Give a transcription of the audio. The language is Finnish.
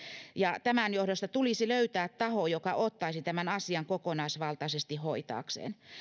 ja tämän johdosta tulisi löytää taho joka ottaisi tämän asian kokonaisvaltaisesti hoitaakseen